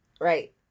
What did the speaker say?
Right